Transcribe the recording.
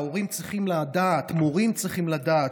ההורים צריכים לדעת, המורים צריכים לדעת,